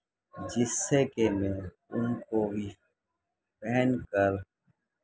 جس سے کہ میں ان کو بھی پہن کر